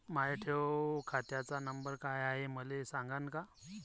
माया ठेव खात्याचा नंबर काय हाय हे मले सांगान का?